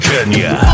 Kenya